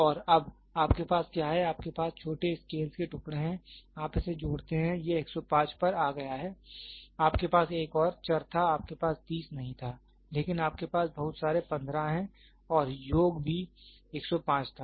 और अब आपके पास क्या है आपके पास छोटे स्केल के टुकड़े हैं आप इसे जोड़ते हैं यह 105 पर आ गया है आपके पास एक और चर था आपके पास 30 नहीं था लेकिन आपके पास बहुत सारे 15 हैं और योग भी 105 था